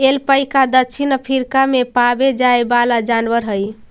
alpaca दक्षिण Africa में पावे जाए वाला जनावर हई